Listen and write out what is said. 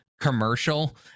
commercial